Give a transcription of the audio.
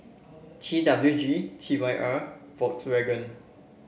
T W G T Y R Volkswagen